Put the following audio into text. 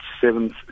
seventh